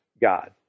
God